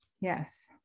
yes